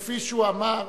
כפי שהוא אמר.